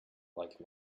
like